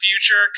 future